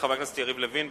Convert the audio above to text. חבר הכנסת יריב לוין.